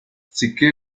sicché